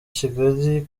kigali